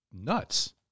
nuts